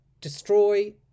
destroy